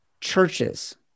churches